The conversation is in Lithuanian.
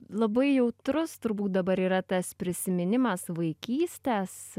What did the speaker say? labai jautrus turbūt dabar yra tas prisiminimas vaikystės